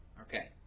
Okay